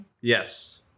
Yes